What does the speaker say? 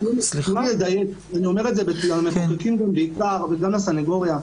אני אומר את זה גם למחוקקים וגם לסניגוריה.